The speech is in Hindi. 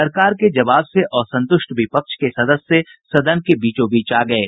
सरकार के जवाब से असंतुष्ट विपक्ष के सदस्य सदन के बीचोबीच आ गये